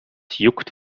juckt